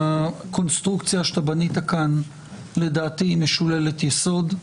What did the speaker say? הקונסטרוקציה שאתה בנית כאן לדעתי משוללת יסוד,